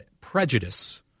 prejudice